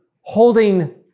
holding